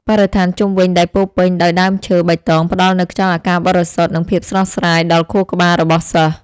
បរិស្ថានជុំវិញដែលពោរពេញដោយដើមឈើបៃតងផ្តល់នូវខ្យល់អាកាសបរិសុទ្ធនិងភាពស្រស់ស្រាយដល់ខួរក្បាលរបស់សិស្ស។